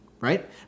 right